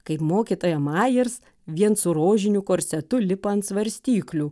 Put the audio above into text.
kaip mokytoja majers vien su rožiniu korsetu lipa ant svarstyklių